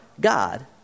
God